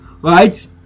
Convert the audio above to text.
right